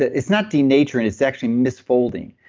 it's not denaturing, it's actually misfolding.